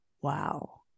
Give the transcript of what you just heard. wow